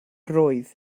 roedd